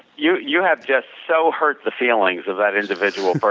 you you have just so hurt the feelings of that individual